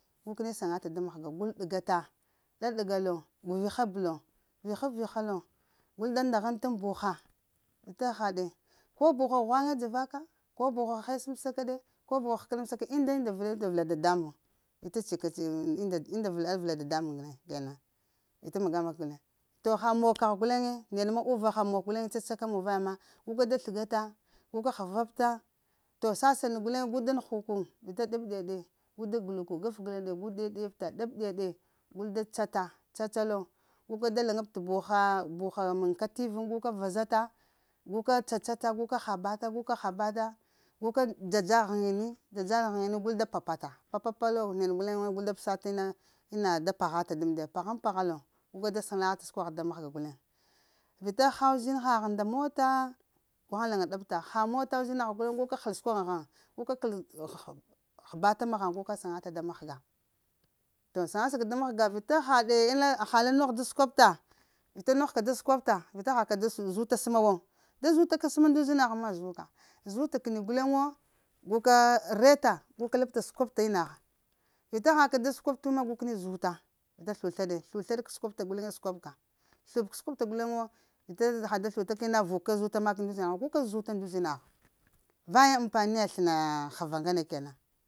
Gu kəni saŋata da mahga gul ɗəgata, ɗaɗəga lo vihab lo vihab-viha lo, gul da nda hanta buha vita hahaɗe ko buha hesamsaka ɗe ko buha həkənamsaka ɗe, indu nda vəlaɗa vəla ta dada muŋ vita cika-cika ŋ unda vələɗa dadamuŋ guleŋ, sikena, vita mag-maga ka na ya to ha mokagh guleŋe neɗ ma uvaha mok gule cacaka mun vaya ma guka da sləga ta guka da həvapta. To sasaɗ guleŋ gu da nuhuku. Vita ɗab-ɗiya ɗe gu da gəl da cata, cacalo guka da laŋab t'buhaa buha məŋ kativuŋ gu ka vazata, guka cacata guka habata, gu ka cacata guka habata, guka dza-dza haŋini, dza-dzal ghanino gud da pa pa ta papa lo neɗ guleŋ gul da psa ina da pagha ta dam ndiya, pahaŋ pagha lo guka da saŋata da mahga guleŋ. Vita haha uzinagha nda motaa, gu haŋ laŋa ɗapta ha mota uzinagh guleŋ wo, gu ka həl səkwaghaŋ ghaŋa, guka thəl həpata magjaŋ guka, saŋata da mahga. To saŋasa ka da mahga vita hahade ina haha la nogh da səkwapta vita nogh ka ina guka səkwapta, vita haka da zuta səma wo. Da zuta ka səma nda uzinagh ma zuka, zuta kəni guleŋ wo gu kaa reta, guka labta səkwapta ina gha. Vita haka da səkwaptu ma gu kəni zuta vita sluslaɗe sluslaɗ k'səkwapta guleŋe səkwapka slu ba k'səkwapta guleŋ wo da vita ha da sluta kina vuk ka zup makəni nda uzinagh wo gu kəni zute nda uzinah vaye ampani sləna həva n nagna